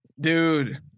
dude